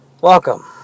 Welcome